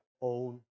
own